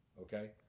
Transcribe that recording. okay